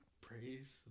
Praise